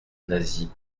nasie